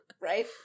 right